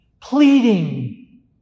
pleading